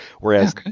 whereas